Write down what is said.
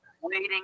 waiting